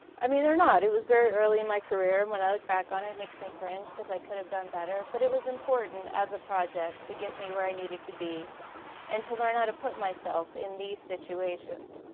i mean they're not, it was very early in my career. when i look back on it, it makes me cringe cause i could've done better, but it was important as a project to get me where i needed to be and to learn how to put myself in these situations.